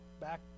Back